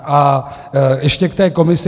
A ještě k té komisi.